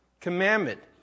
commandment